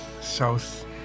South